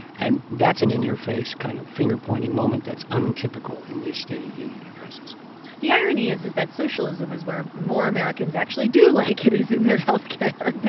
and that's an in-your-face kind of finger-pointing moment that's untypical in these state of the union addresses the irony is is that socialism is where more americans actually do like it is in their health care